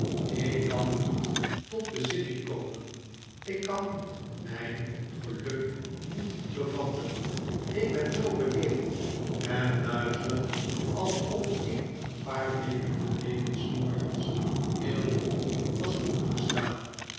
ik kan niet tot bezinning komen ik kan mijn geluk niet bevatten ik ben zoo beneveld en duizelig alsof ik een paar weken geleden s morgens heel vroeg was opgestaan